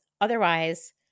otherwise